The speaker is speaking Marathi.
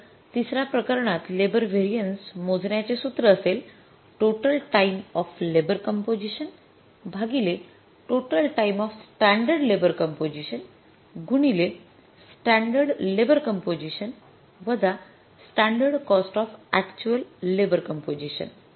तर तिसर्या प्रकरणात लेबर व्हेरिएन्स मोजण्याचे सूत्र असेल total time of labour composition भागिले total time of standard labour composition गुणिले स्टॅंडर्ड लेबर कंपोझिशन वजा standard cost of actual labour composition